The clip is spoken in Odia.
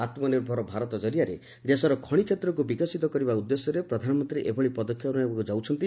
ଆତ୍ମନିର୍ଭର ଭାରତ ଜରିଆରେ ଦେଶର ଖଣି କ୍ଷେତ୍ରକୁ ବିକଶିତ କରିବା ଉଦ୍ଦେଶ୍ୟରେ ପ୍ରଧାନମନ୍ତ୍ରୀ ଏଭଳି ପଦକ୍ଷେପ ନେବାକୁ ଯାଉଛନ୍ତି